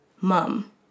mum